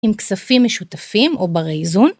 עם כספים משותפים או ברי איזון.